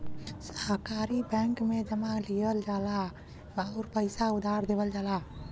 सहकारी बैंकिंग में जमा लिहल जाला आउर पइसा उधार देवल जाला